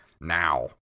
now